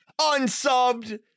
unsubbed